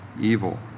evil